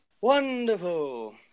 Wonderful